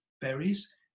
berries